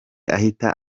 ahita